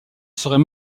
serait